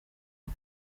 nka